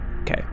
Okay